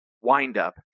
windup